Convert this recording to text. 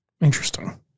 Interesting